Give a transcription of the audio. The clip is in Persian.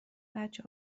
بچه